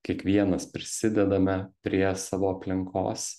kiekvienas prisidedame prie savo aplinkos